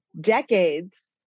decades